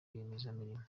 rwiyemezamirimo